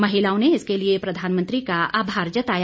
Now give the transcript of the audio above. महिलाओं ने इसके लिए प्रधानमंत्री का आभार जताया